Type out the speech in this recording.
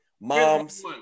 mom's